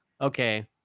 okay